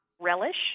relish